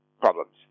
problems